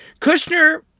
Kushner